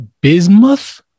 Bismuth